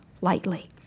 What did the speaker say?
lightly